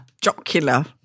jocular